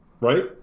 Right